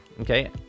okay